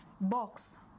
box